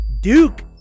Duke